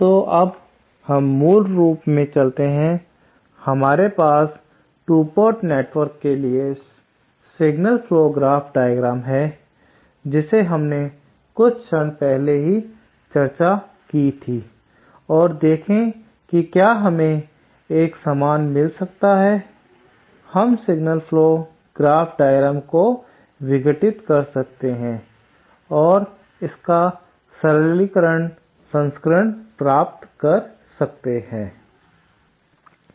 तो अब हम मूल रूप में चलते हैं हमारे पास 2 पोर्ट नेटवर्क के लिए सिग्नल फ्लो ग्राफ डायग्राम है जिसे हमने कुछ क्षण पहले ही चर्चा की थी और देखें कि क्या हमें एक समान मिल सकता है हम सिग्नल फ्लो ग्राफ डायग्राम को विघटित कर सकते हैं और इसका सरलीकृत संस्करण प्राप्त कर सकते हैं